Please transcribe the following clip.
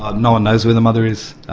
ah no one knows where the mother is.